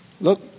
Look